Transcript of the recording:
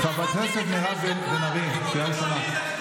חברת הכנסת מירב בן ארי, קריאה ראשונה.